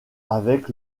avec